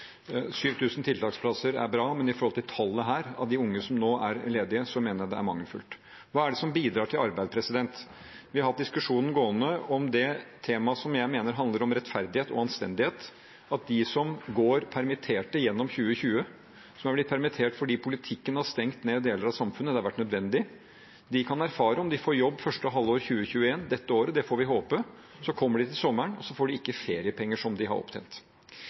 tiltaksplasser er bra, men i forhold til tallet på unge som er ledige, mener jeg det er mangelfullt. Hva er det som bidrar til arbeid? Vi har hatt diskusjonen gående om det temaet, som jeg mener handler om rettferdighet og anstendighet. De som gikk permittert gjennom 2020 – som ble permittert fordi politikken har stengt ned deler av samfunnet fordi det var nødvendig – kan nå erfare at om de får jobb det første halvåret dette året, 2021, og det får vi håpe, får de ikke feriepenger som de har opptjent, når sommeren kommer. Jeg har etterlyst, og